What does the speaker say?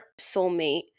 soulmate